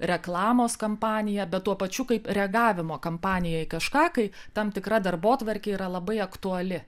reklamos kampanija bet tuo pačiu kaip reagavimo kampanija į kažką kai tam tikra darbotvarkė yra labai aktuali